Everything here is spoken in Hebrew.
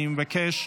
אני מבקש.